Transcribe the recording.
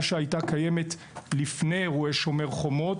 שהייתה קיימת לפני אירועי "שומר החומות"